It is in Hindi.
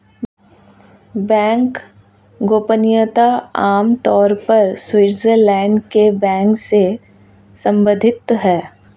बैंक गोपनीयता आम तौर पर स्विटज़रलैंड के बैंक से सम्बंधित है